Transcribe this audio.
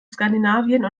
skandinavien